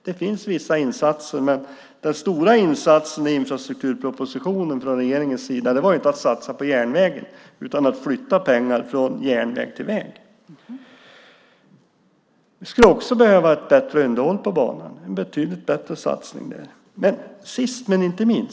Det görs vissa insatser, men den stora insatsen från regeringen i infrastrukturpropositionen var inte att satsa på järnvägen utan att flytta pengar från järnväg till väg. Vi skulle behöva ett bättre underhåll på banan.